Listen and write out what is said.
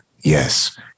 yes